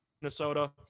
Minnesota